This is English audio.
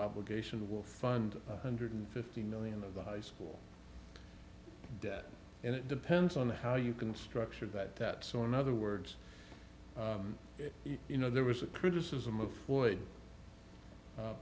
obligation will fund hundred fifty million of the high school debt and it depends on how you can structure that that so in other words you know there was a criticism of floyd